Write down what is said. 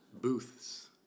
Booths